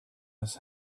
his